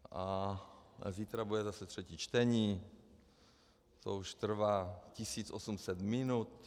A zítra bude zase třetí čtení, to už trvá 1800 minut.